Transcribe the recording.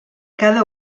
cada